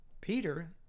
Peter